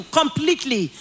completely